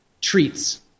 treats